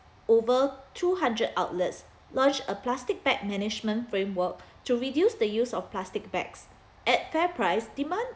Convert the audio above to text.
over two hundred outlets launched a plastic bag management framework to reduce the use of plastic bags at fairprice demand